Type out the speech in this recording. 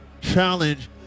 challenge